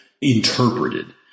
interpreted